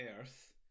Earth